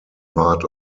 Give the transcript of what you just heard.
part